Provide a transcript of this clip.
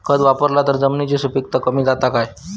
खत वापरला तर जमिनीची सुपीकता कमी जाता काय?